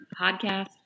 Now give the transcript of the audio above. podcast